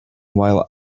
while